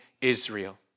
Israel